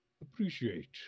appreciate